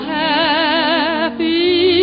happy